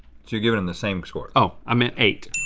you're giving them the same score. oh, i meant eight.